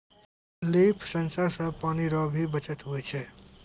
लिफ sensor से पानी रो भी बचत हुवै छै